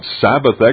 Sabbath